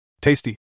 Tasty